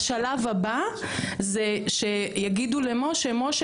השלב הבא זה שיגידו למשה 'משה,